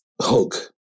hook